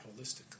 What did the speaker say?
holistically